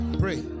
pray